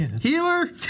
Healer